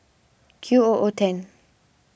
Q O O ten